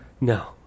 No